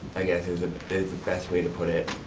i guess is the best way to put it.